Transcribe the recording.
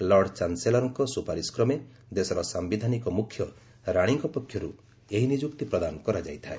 lord ଚାନ୍ସେଲ୍ର୍ଙ୍କ ସୁପାରିସକ୍ରମେ ଦେଶର ସାୟିଧାନିକ ମୁଖ୍ୟ ରାଣୀଙ୍କ ପକ୍ଷରୁ ଏହି ନିଯୁକ୍ତି ପ୍ରଦାନ କରାଯାଇଥାଏ